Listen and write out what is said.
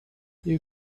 you